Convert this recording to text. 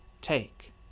Take